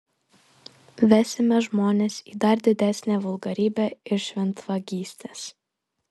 vesime žmones į dar didesnę vulgarybę ir šventvagystes